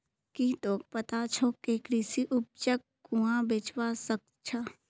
की तोक पता छोक के कृषि उपजक कुहाँ बेचवा स ख छ